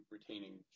retaining